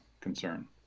concern